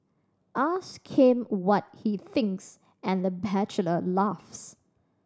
ask him what he thinks and the bachelor laughs